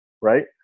right